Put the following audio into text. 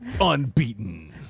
unbeaten